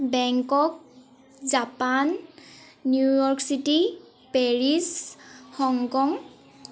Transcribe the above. Bangkok Japan New York city Paris Hong Kong